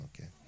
okay